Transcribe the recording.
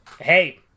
hey